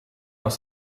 dans